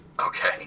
Okay